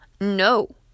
no